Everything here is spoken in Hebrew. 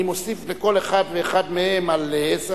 אני מוסיף לכל אחד ואחד מהם על עשר